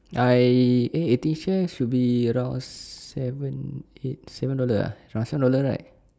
I eh eighteen chef should be around seven eight seven dollar ah around seven dollar right